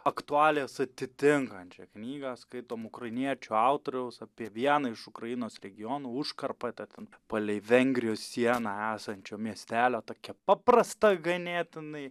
aktualijas atitinkančią knygą skaitom ukrainiečių autoriaus apie vieną iš ukrainos regionų užkarpatę ten palei vengrijos sieną esančio miestelio tokią paprastą ganėtinai